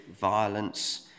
violence